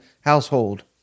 household